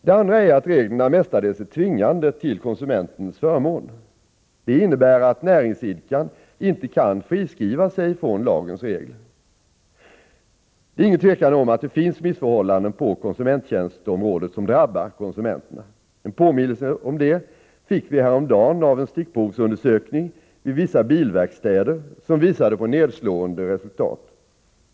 Det andra är att reglerna mestadels är tvingande till konsumentens förmån. Det innebär att näringsidkaren inte kan friskriva sig från lagens regler. Det är inget tvivel om att det finns missförhållanden på konsumenttjänstområdet som drabbar konsumenterna. En påminnelse om detta fick vi häromdagen av en stickprovsundersökning vid vissa bilverkstäder som visade på nedslående resultat.